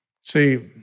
See